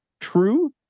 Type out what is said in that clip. True